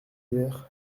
hier